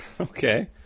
Okay